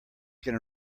gonna